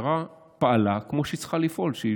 המשטרה פעלה כמו שהיא